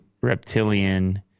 reptilian